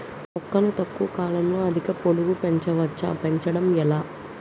మొక్కను తక్కువ కాలంలో అధిక పొడుగు పెంచవచ్చా పెంచడం ఎలా?